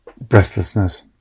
breathlessness